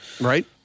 Right